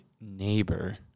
neighbor